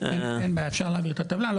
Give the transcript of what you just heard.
אין בעיה, אפשר להעביר את הטבלה.